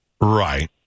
Right